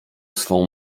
swą